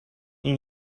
این